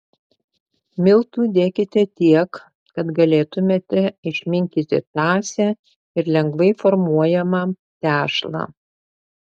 miltų dėkite tiek kad galėtumėte išminkyti tąsią ir lengvai formuojamą tešlą